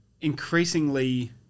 increasingly